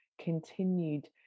continued